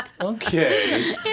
Okay